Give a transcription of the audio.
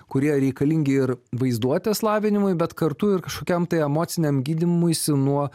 kurie reikalingi ir vaizduotės lavinimui bet kartu ir kažkokiam tai emociniam gydymuisi nuo